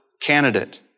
candidate